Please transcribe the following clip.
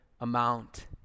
amount